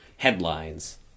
Headlines